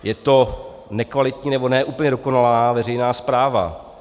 Je to nekvalitní nebo ne úplně dokonalá veřejná správa.